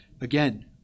again